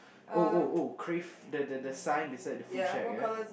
oh oh oh crave the the the sign beside the food shack ya